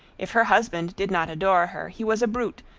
if her husband did not adore her, he was a brute,